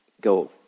go